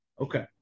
Okay